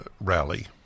rally